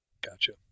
Gotcha